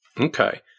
Okay